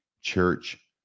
church